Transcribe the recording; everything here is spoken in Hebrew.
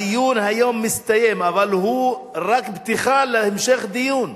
הדיון היום הסתיים, אבל הוא רק פתיחה להמשך דיון.